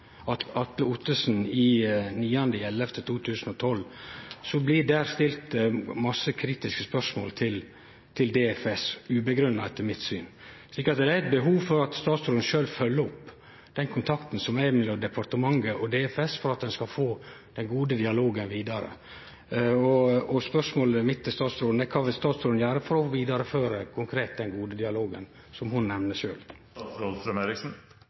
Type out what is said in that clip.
Ottesen. Der blir det stilt masse kritiske spørsmål til DFS – ugrunna etter mitt syn. Så det er eit behov for at statsråden sjølv følgjer opp den kontakten som er mellom departementet og DFS, for at ein skal få den gode dialogen vidare. Spørsmålet mitt til statsråden er: Kva vil statsråden gjere for konkret å vidareføre den gode dialogen som ho sjølv nemner?